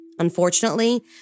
Unfortunately